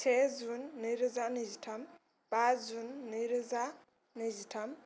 से जुन नैरोजा नैजिथाम बा जुन नैरोजा नैजिथाम